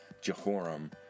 Jehoram